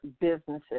businesses